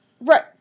Right